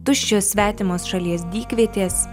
tuščios svetimos šalies dykvietės